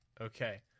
okay